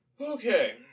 Okay